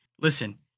listen